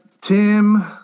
Tim